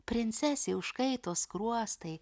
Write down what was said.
princesei užkaito skruostai